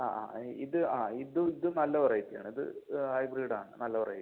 ആ ആ ഇത് ആ ഇത് ഇത് നല്ല വെറൈറ്റി ആണ് ഇത് ഹൈബ്രിഡ് ആണ് നല്ല വെറൈറ്റി ആണ്